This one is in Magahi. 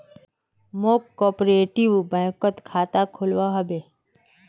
मौक कॉपरेटिव बैंकत खाता खोलवा हबे